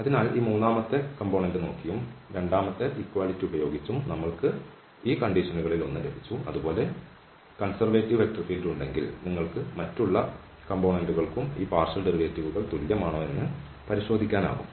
അതിനാൽ ഈ മൂന്നാമത്തെ ഘടകം നോക്കിയും രണ്ടാമത്തെ സമത്വം ഉപയോഗിച്ചും നമ്മൾക്ക് ഈ വ്യവസ്ഥകളിൽ ഒന്ന് ലഭിച്ചു അതുപോലെ കൺസെർവേറ്റീവ് വെക്റ്റർ ഫീൽഡ് ഉണ്ടെങ്കിൽ നിങ്ങൾക്ക് മറ്റുള്ള ഘടകങ്ങൾക്കും ഈ ഭാഗിക ഡെറിവേറ്റീവുകൾ തുല്യമാണോ എന്ന് പരിശോധിക്കാനാകും